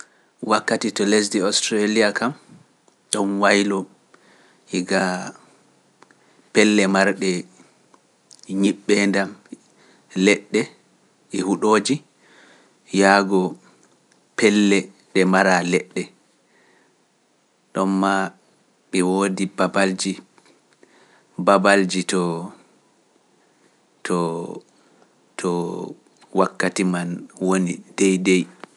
Wakkati to lesdi Australia kam ɗum waylo higaa pelle marɗe ñiɓɓe ndam leɗɗe e huuɗoji yaago pelle ɗe mara leɗɗe ɗon ma ɓe woodi babalji babalji to to to wakkati man woni deydey.